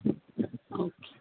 okay